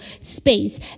space